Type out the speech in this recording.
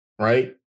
right